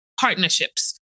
partnerships